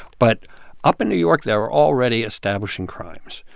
but up in new york, they're already establishing crimes.